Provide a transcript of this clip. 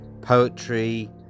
poetry